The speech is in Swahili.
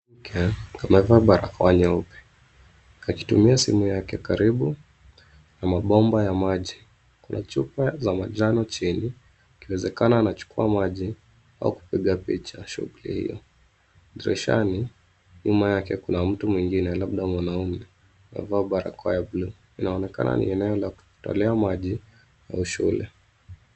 Mke amevaa barakoa nyeupe akitumia simu yake karibu na mabomba ya maji. Kuna chupa za manjano chini, ikiwezekana anachukua maji au kupiga picha shughuli hiyo. Dirishani, nyuma yake, kuna mtu mwengine labda mwanaume, amevaa barakoa ya buluu. Inaonekana ni eneo la kutolea maji au shule.